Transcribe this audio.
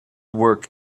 work